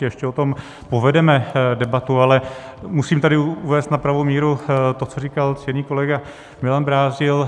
Určitě ještě o tom povedeme debatu, ale musím tady uvést na pravou míru to, co říkal ctěný kolega Milan Brázdil.